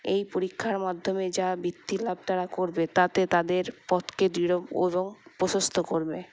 এই পরীক্ষার মাধ্যমে যা বিত্তি লাভ তারা করবে তাতে তাদের পথকে দৃঢ় প্রশস্ত করবে